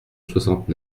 soixante